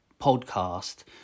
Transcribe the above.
podcast